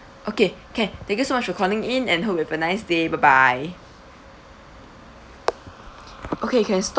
okay can thank you so much for calling in and hope you have a nice day bye bye okay you can stop